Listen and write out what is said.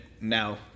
now